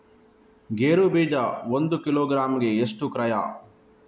ಗೇರು ಬೀಜ ಒಂದು ಕಿಲೋಗ್ರಾಂ ಗೆ ಎಷ್ಟು ಕ್ರಯ?